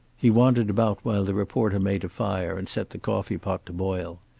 he wandered about while the reporter made a fire and set the coffee pot to boil.